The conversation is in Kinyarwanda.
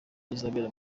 izabera